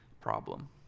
problem